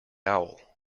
owl